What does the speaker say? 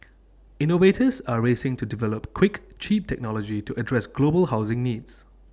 innovators are racing to develop quick cheap technology to address global housing needs